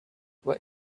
what